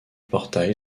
portail